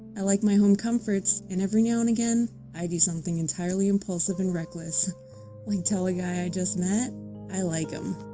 i like my home comforts and every now and then i do something entirely impulsive and reckless like tell a guy i just met i like him,